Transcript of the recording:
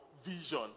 vision